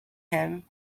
him